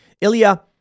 Ilya